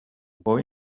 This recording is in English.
boy